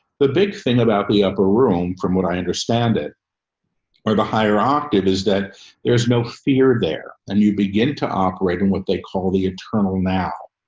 the big thing about the upper room, from what i understand it or the hierarchy, is that theres no fear there. and you begin to operate in what they call the eternal now,